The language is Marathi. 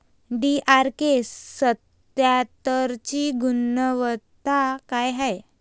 डी.आर.के सत्यात्तरची गुनवत्ता काय हाय?